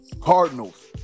Cardinals